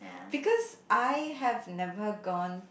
because I have never gone